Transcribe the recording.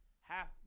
half –